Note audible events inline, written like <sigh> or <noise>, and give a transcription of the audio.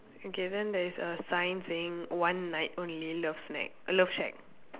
okay then there is a sign saying one night only love snack love shack <noise>